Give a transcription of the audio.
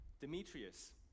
Demetrius